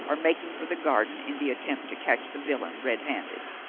or making for the garden in the attempt to catch the villain red handed.